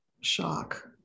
shock